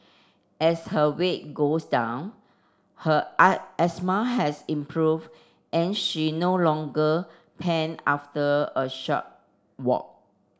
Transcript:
as her weight goes down her asthma has improve and she no longer pant after a short walk